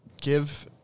give